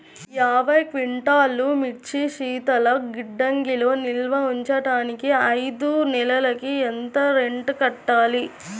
యాభై క్వింటాల్లు మిర్చి శీతల గిడ్డంగిలో నిల్వ ఉంచటానికి ఐదు నెలలకి ఎంత రెంట్ కట్టాలి?